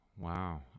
Wow